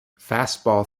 fastball